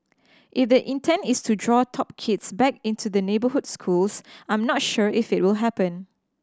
if the intent is to draw top kids back into the neighbourhood schools I'm not sure if it will happen